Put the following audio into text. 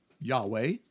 Yahweh